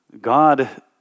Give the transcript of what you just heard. God